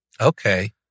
Okay